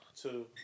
two